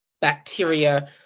bacteria